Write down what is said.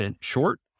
short